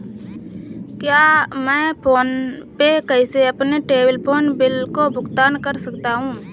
क्या मैं PhonePe से अपने टेलीफोन बिल का भुगतान कर सकता हूँ?